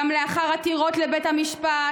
גם לאחר עתירות לבית המשפט,